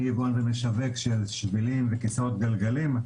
אני יבואן ומשווק של שבילים וכיסאות גלגלים.